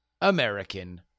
American